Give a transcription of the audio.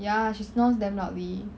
ya she snores damn loudly